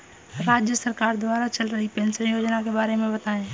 राज्य सरकार द्वारा चल रही पेंशन योजना के बारे में बताएँ?